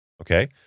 Okay